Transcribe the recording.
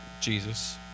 Jesus